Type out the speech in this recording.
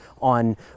on